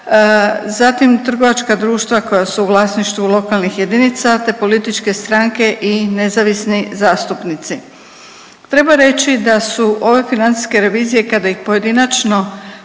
zatim trgovačka društva koja su u vlasništvu lokalnih jedinica te političke stranke i nezavisni zastupnici. Treba reći da su ove financijske revizije kada ih pojedinačno